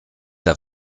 der